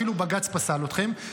אפילו בג"ץ פסל אתכם.